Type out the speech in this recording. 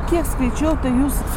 kiek skaičiau tai jūs